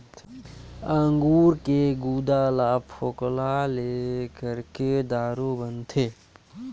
अंगूर के गुदा ल फोकला ले करके दारू बनाथे